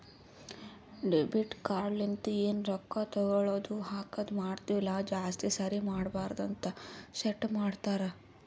debit card ಲಿಂತ ಎನ್ ರೊಕ್ಕಾ ತಗೊಳದು ಹಾಕದ್ ಮಾಡ್ತಿವಿ ಅಲ್ಲ ಜಾಸ್ತಿ ಸರಿ ಮಾಡಬಾರದ ಅಂತ್ ಸೆಟ್ ಮಾಡ್ತಾರಾ